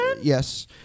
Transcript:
Yes